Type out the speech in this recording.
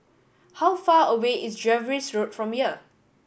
how far away is Jervois Road from here